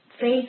Faith